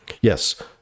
yes